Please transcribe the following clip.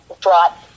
brought